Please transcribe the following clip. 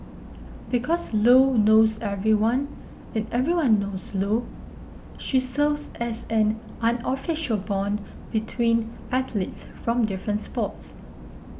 because Lo knows everyone and everyone knows Lo she serves as an unofficial bond between athletes from different sports